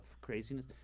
craziness